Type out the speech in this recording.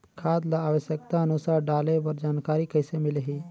खाद ल आवश्यकता अनुसार डाले बर जानकारी कइसे मिलही?